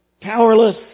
powerless